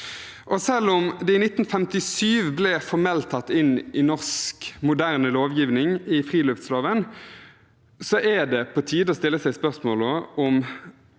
Selv om det i 1957 ble formelt tatt inn i norsk moderne lovgivning, i friluftsloven, er det på tide å stille seg spørsmålet om